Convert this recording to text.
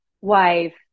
wife